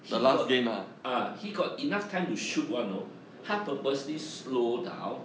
he got ah he got enough time to shoot [one] know 他 purposely slow down